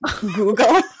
Google